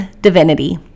Divinity